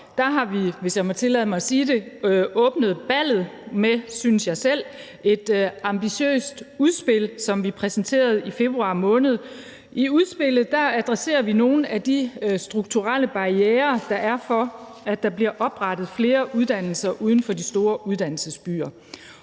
med, synes jeg selv, et ambitiøst udspil, som vi præsenterede i februar måned. I udspillet adresserer vi nogle af de strukturelle barrierer, der er, for, at der bliver oprettet flere uddannelser uden for de store uddannelsesbyer.